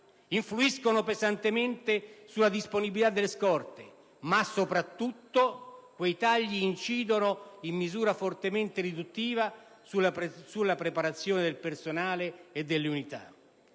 influiscono pesantemente sulla disponibilità delle scorte; soprattutto, incidono, in misura fortemente riduttiva, sulla preparazione del personale e delle unità,